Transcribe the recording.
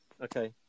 okay